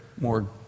more